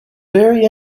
very